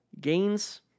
gains